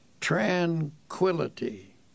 Tranquility